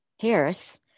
Harris